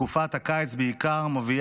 בתקופת הקיץ בעיקר, מביא